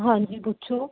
ਹਾਂਜੀ ਪੁੱਛੋ